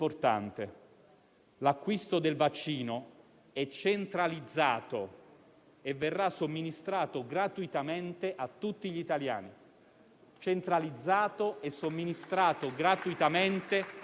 centralizzato e somministrato gratuitamente a tutti gli italiani. Il vaccino è un bene comune, un diritto che va assicurato a tutte le persone,